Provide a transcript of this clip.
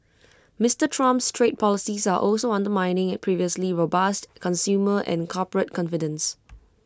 Mr Trump's trade policies are also undermining previously robust consumer and corporate confidence